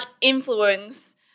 influence